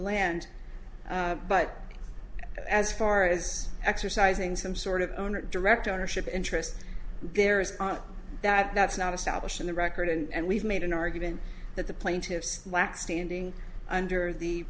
land but as far as exercising some sort of owner direct ownership interest there is that that's not established in the record and we've made an argument that the plaintiffs lack standing under the